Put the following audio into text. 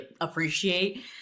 appreciate